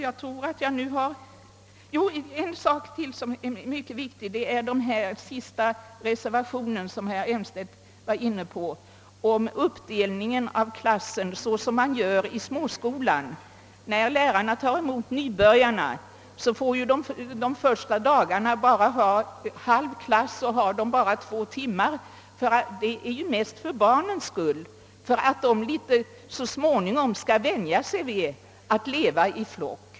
Jag vill nämna ytterligare en sak som är mycket viktig, nämligen den sista reservationen, som herr Elmstedt var inne på, om uppdelningen av klassen såsom man gör i småskolan. När lärarna tar emot nybörjarna får de de första dagarna bara en halv klass och bara två timmar. Det har huvudsakligen kommit till för barnens skull för att de så småningom skall vänja sig vid att leva i flock.